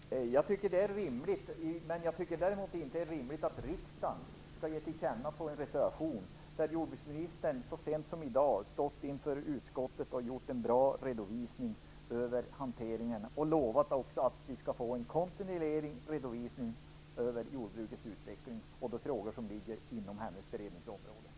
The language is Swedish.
Herr talman! Jag tycker att det är rimligt. Men jag tycker däremot inte att det är rimligt att riksdagen skall ge tillkänna detta i en reservation när jordbruksministern så sent som i dag stått inför utskottet och gjort en bra redovisning av hanteringen och lovat att vi skall få en kontinuerlig redovisning av jordbrukets utveckling och de frågor som ligger inom hennes beredningsområde.